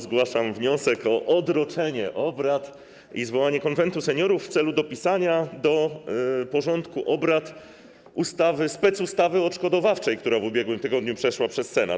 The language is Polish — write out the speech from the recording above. Zgłaszam wniosek o odroczenie obrad i zwołanie Konwentu Seniorów w celu dopisania do porządku obrad specustawy odszkodowawczej, która w ubiegłym tygodniu przeszła przez Senat.